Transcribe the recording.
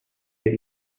get